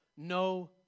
No